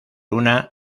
una